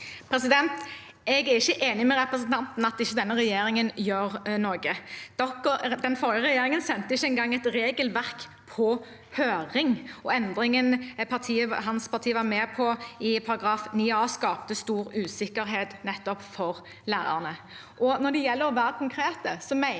Jeg er ikke enig med representanten i at denne regjeringen ikke gjør noe. Den forrige regjeringen sendte ikke engang et regelverk på høring, og endringen som hans parti var med på i opplæringsloven § 9 a, skapte stor usikkerhet nettopp for lærerne. Når det gjelder å være konkret, mener